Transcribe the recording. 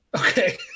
Okay